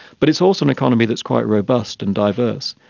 but it's also an economy that's quite robust and diverse.